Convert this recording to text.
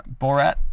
Borat